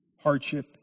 hardship